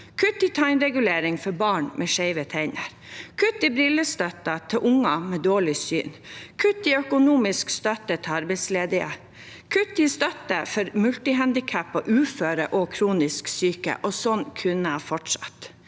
kutt i tannregulering for barn med skjeve tenner, kutt i brillestøtten til unger med dårlig syn, kutt i økonomisk støtte til arbeidsledige, kutt i støtte for multihandikappede, uføre og kronisk syke. Sånn kunne jeg ha fortsatt.